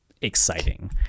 exciting